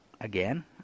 again